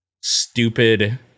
stupid